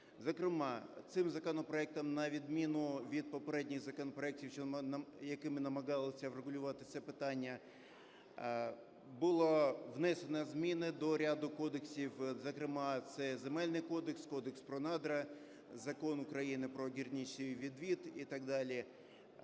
Зокрема, цим законопроектом, на відміну від попередніх законопроектів, які ми намагалися врегулювати це питання, було внесено зміни до ряду кодексів, зокрема, це Земельний кодекс, Кодекс про надра, Закон України про гірничий відвід і так далі,